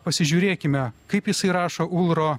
pasižiūrėkime kaip jisai rašo ulro